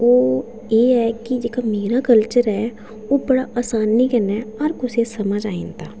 ओह् एह् की जेह्का मेरा कल्चर ऐ की ओह् बड़ा असानी कन्नै हर कुसै गी समझ आई जंदा